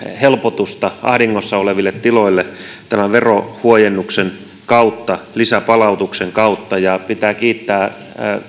helpotusta ahdingossa oleville tiloille tämän verohuojennuksen kautta lisäpalautuksen kautta pitää kiittää